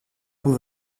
που